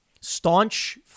staunch